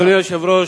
אדוני היושב-ראש,